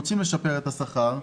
רוצים לשפר את השכר,